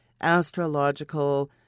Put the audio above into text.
astrological